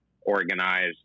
organized